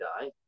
die